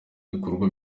bikorwa